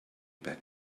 back